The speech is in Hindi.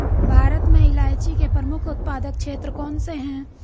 भारत में इलायची के प्रमुख उत्पादक क्षेत्र कौन से हैं?